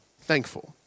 thankful